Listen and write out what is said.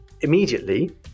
immediately